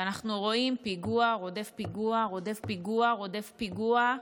ואנחנו רואים פיגוע רודף פיגוע רודף פיגוע רודף פיגוע.